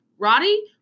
Roddy